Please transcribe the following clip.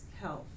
health